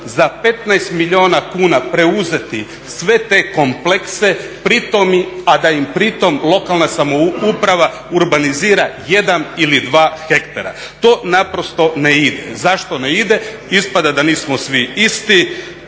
za 15 milijuna kuna preuzeti sve te komplekse, a da im pritom lokalna samouprava urbanizira jedan ili dva hektara. To naprosto ne ide. Zašto ne ide? Ispada da nismo svi isti.